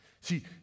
See